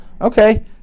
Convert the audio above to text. okay